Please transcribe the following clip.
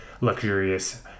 luxurious